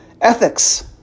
ethics